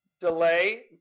delay